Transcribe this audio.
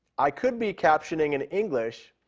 i could be captioning in english,